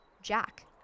Jack